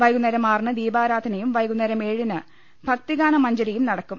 വൈകുന്നേരം ആറിന് ദീപാരാധനയും വൈകുന്നേരം ഏ ഴിന് ഭക്തിഗാന മഞ്ജരിയും നടക്കും